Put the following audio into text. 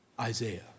Isaiah